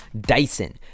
Dyson